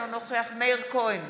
אינו נוכח מאיר כהן,